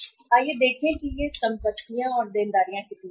तो आइए देखें कि ये संपत्ति और देनदारियां कितनी हैं